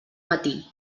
matí